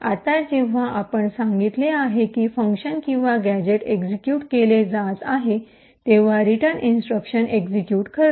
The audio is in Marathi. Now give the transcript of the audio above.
आता जेव्हा आपण सांगितले आहे की फंक्शन किंवा गॅझेट एक्सिक्युट केले जात आहे तेव्हा रिटर्न इंस्ट्रक्शन एक्सिक्यूट करते